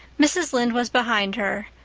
mrs. lynde was behind her,